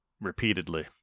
repeatedly